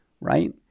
right